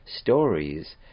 stories